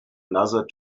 another